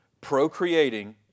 procreating